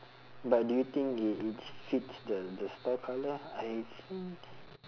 but do you think it it fits the the store colour I think